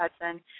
Hudson